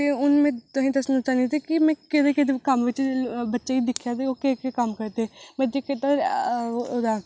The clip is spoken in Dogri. ते हून में तुसें गी दस्सना चाहन्नीं कि केह् में केड्डे केड्डे कम्म करदे बच्चें गी दिक्खेआ ते ओह् केह् केह् कम्म करदे